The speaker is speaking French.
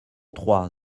trois